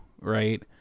right